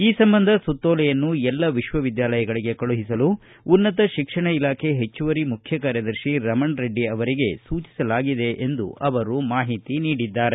ಈ ಸಂಬಂಧ ಸುತ್ತೋಲೆಯನ್ನು ಎಲ್ಲ ವಿಶ್ವವಿದ್ದಾಲಯಗಳಿಗೆ ಕಳುಹಿಸಲು ಉನ್ನತ ಶಿಕ್ಷಣ ಇಲಾಖೆ ಹೆಚ್ಚುವರಿ ಮುಖ್ಯ ಕಾರ್ಯದರ್ಶಿ ರಮಣರೆಡ್ಡಿ ಅವರಿಗೆ ಸೂಚಿಸಲಾಗಿದೆ ಎಂದು ಅವರು ಮಾಹಿತಿ ನೀಡಿದ್ದಾರೆ